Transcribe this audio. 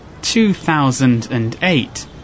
2008